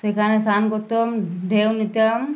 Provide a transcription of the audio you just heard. সেখানে স্নান করতাম ঢেউ নিতাম